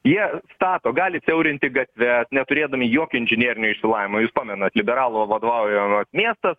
jie stato gali siaurinti gatves neturėdami jokio inžinierinio išsilavinimo jūs pamenat liberalo vadovaujamas miestas